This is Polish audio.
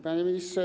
Panie Ministrze!